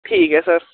ठीक ऐ सर